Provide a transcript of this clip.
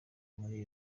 muri